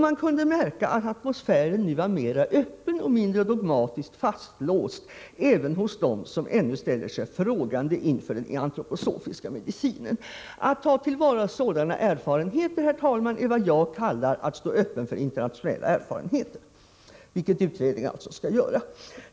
Man kunde märka att atmosfären nu var mera öppen och mindre dogmatiskt fastlåst även hos dem som ännu ställer sig frågande inför den antroposofiska medicinen. Att ta till vara sådana erfarenheter, herr talman, är vad jag kallar att stå öppen inför internationella erfarenheter, vilket utredningen alltså skall göra.